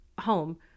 home